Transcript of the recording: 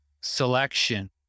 selection